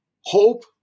hope